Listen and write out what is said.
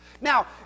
Now